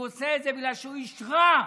הוא עושה את זה בגלל שהוא איש רע,